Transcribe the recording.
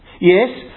yes